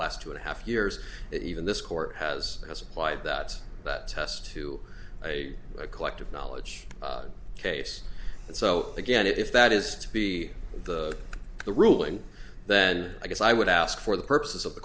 last two and a half years even this court has has applied that that test to a collective knowledge case and so again if that is to be the ruling then i guess i would ask for the purposes of the